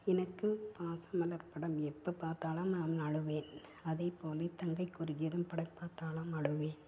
எனக்கு பாசமலர் படம் எப்போ பாத்தாலும் நான் அழுவேன் அதைப்போலே தங்கைக்கு ஒரு கீதம் படம் பார்த்தாலும் அழுவேன்